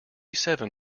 seven